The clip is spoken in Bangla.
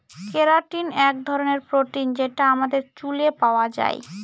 কেরাটিন এক ধরনের প্রোটিন যেটা আমাদের চুলে পাওয়া যায়